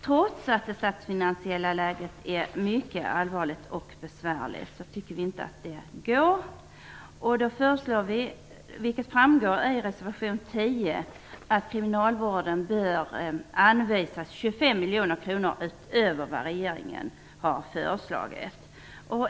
Trots att det statsfinansiella läget är mycket allvarligt och besvärligt tycker vi inte att det går att göra en sådan besparing. Vi föreslår därför, vilket framgår av reservation 10, att kriminalvården bör anvisas 25 miljoner kronor utöver vad regeringen har föreslagit.